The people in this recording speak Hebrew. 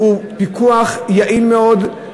הוא פיקוח יעיל מאוד,